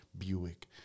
Buick